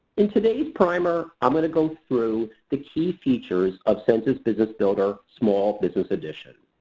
in today's primer i'm going to go through the key features of census business builder small business edition.